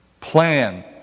Plan